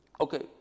Okay